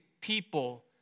people